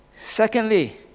Secondly